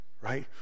right